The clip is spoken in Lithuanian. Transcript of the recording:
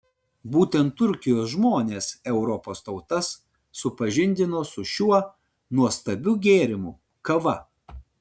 būtent turkijos žmonės europos tautas supažindino su šiuo nuostabiu gėrimu kava